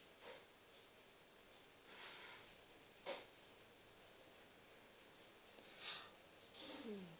mm